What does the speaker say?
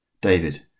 David